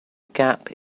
gap